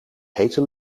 hete